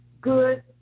good